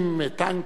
צריכים מטוסים,